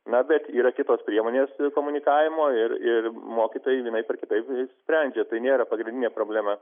na bet yra kitos priemonės komunikavimo ir ir mokytojai vienaip ar kitaip sprendžia tai nėra pagrindinė problema